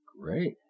great